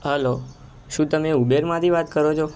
hello શું તમે ઉબેરમાંથી વાત કરો છો